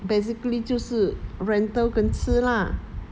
basically 就是 rental 跟吃 lah